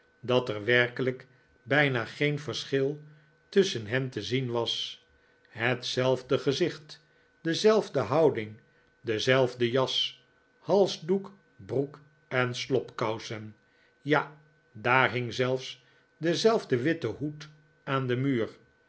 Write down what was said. dat er werkelijk bijna geen verschil tusschen hen te zien was hetzelfde gezicht dezelfde houding dezelfde jas halsdoek broek en slobkousen ja daar hing zelfs dezelfde witte hoed aan den muur